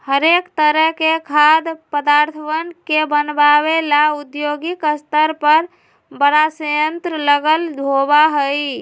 हरेक तरह के खाद्य पदार्थवन के बनाबे ला औद्योगिक स्तर पर बड़ा संयंत्र लगल होबा हई